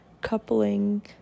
coupling